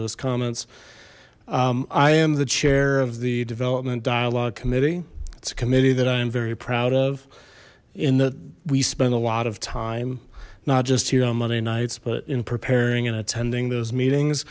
those comments i am the chair of the development dialogue committee it's a committee that i am very proud of in that we spend a lot of time not just here on monday nights but in preparing and attending those meetings